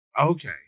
Okay